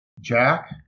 Jack